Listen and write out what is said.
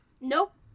Nope